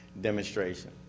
demonstration